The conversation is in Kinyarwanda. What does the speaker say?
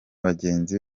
bagenzi